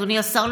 אדוני השר,